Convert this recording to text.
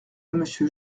monsieur